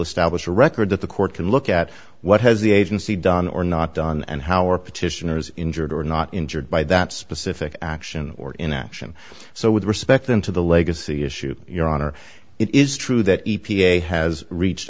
establish a record that the court can look at what has the agency done or not done and how are petitioners injured or not injured by that specific action or inaction so with respect them to the legacy issue your honor it is true that e p a has reached